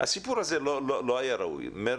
הסיפור הזה לא היה ראוי.